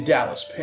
Dallas